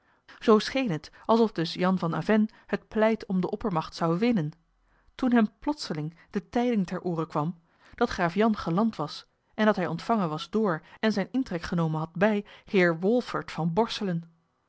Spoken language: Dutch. zoo scheen het alsof dus jan van avennes het pleit om de oppermacht zou winnen toen hem plotseling de tijding ter oore kwam dat graaf jan geland was en dat hij ontvangen was door en zijn intrek genomen had bij heer wolfert van borselen